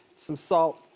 some salt,